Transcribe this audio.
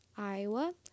Iowa